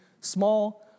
small